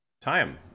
time